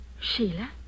Sheila